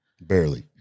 Barely